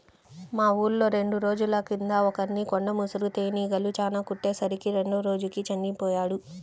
మా ఊర్లో రెండు రోజుల కింద ఒకర్ని కొండ ముసురు తేనీగలు చానా కుట్టే సరికి రెండో రోజుకి చచ్చిపొయ్యాడు